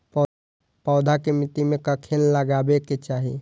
पौधा के मिट्टी में कखेन लगबाके चाहि?